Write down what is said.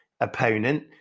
opponent